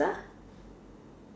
a